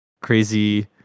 Crazy